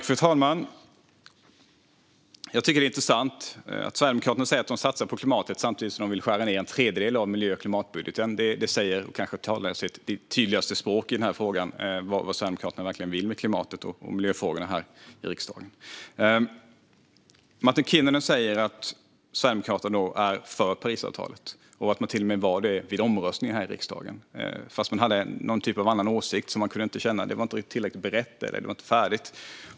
Fru talman! Jag tycker att det är intressant att Sverigedemokraterna säger att de satsar på klimatet samtidigt som de vill skära ned miljö och klimatbudgeten med en tredjedel. Det talar sitt tydliga språk i fråga om vad Sverigedemokraterna verkligen vill med klimat och miljöfrågorna här i riksdagen. Martin Kinnunen säger att Sverigedemokraterna är för Parisavtalet och till och med var det vid omröstningen här i riksdagen fast man hade någon typ av annan åsikt - det var inte tillräckligt berett, eller det var inte färdigt.